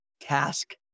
task